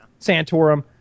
santorum